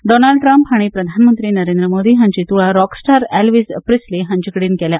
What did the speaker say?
Donald Trump हांणी प्रधानमंत्री नरेंद्र मोदी हांची तुळा रॉक स्टार एल्वीस प्रिस्ले हांचेकडेन केल्या